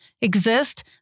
exist